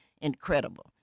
incredible